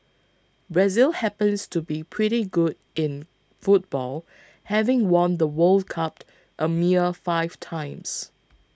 Brazil happens to be pretty good in football having won the World Cupped a mere five times